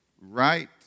right